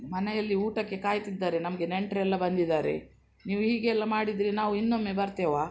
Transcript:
ಮನೆಯಲ್ಲಿ ಊಟಕ್ಕೆ ಕಾಯ್ತಿದ್ದಾರೆ ನಮಗೆ ನೆಂಟರೆಲ್ಲ ಬಂದಿದಾರೆ ನೀವು ಹೀಗೆ ಎಲ್ಲ ಮಾಡಿದರೆ ನಾವು ಇನ್ನೊಮ್ಮೆ ಬರ್ತೇವಾ